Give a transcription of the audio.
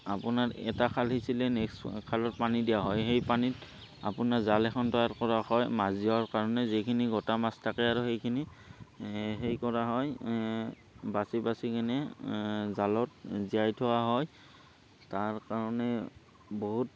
আপোনাৰ এটা খাল সিঁচিলে নেক্সট খালত পানী দিয়া হয় সেই পানীত আপোনাৰ জাল এখন তৈয়াৰ কৰা হয় মাছ জীওৱাৰ কাৰণে যিখিনি গোটা মাছ থাকে আৰু সেইখিনি সেই কৰা হয় বাচি বাচি কিনে জালত জীয়াই থোৱা হয় তাৰ কাৰণে বহুত